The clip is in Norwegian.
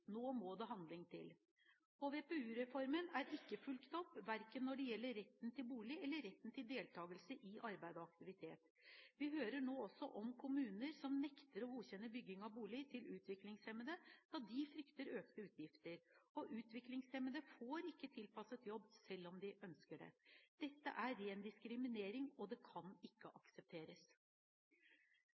Nå må det handling til. HVPU-reformen er ikke fulgt opp, verken når det gjelder retten til bolig eller retten til deltakelse i arbeid og aktivitet. Vi hører nå også om kommuner som nekter å godkjenne bygging av boliger til utviklingshemmede, da de frykter økte utgifter. Utviklingshemmede får ikke tilpasset jobb selv om de ønsker det. Dette er ren diskriminering, og det kan ikke aksepteres.